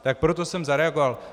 Tak proto jsem zareagoval.